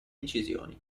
incisioni